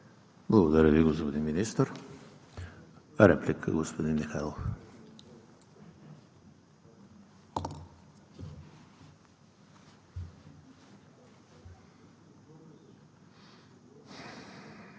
Благодаря Ви, господин Министър. Реплика – господин Михайлов.